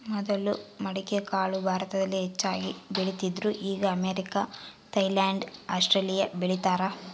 ಮೊದಲು ಮಡಿಕೆಕಾಳು ಭಾರತದಲ್ಲಿ ಹೆಚ್ಚಾಗಿ ಬೆಳೀತಿದ್ರು ಈಗ ಅಮೇರಿಕ, ಥೈಲ್ಯಾಂಡ್ ಆಸ್ಟ್ರೇಲಿಯಾ ಬೆಳೀತಾರ